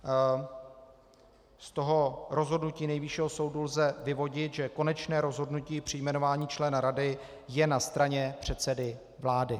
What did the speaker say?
Z toho rozhodnutí Nejvyššího soudu lze vyvodit, že konečné rozhodnutí při jmenování člena rady je na straně předsedy vlády.